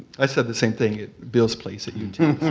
i said the same thing at bill's place at yeah